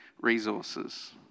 resources